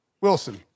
Wilson